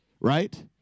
right